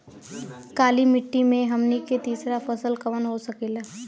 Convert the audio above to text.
काली मिट्टी में हमनी के तीसरा फसल कवन हो सकेला?